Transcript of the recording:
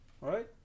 right